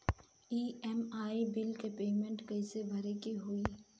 EMI bill के payment कइसे करे के होई?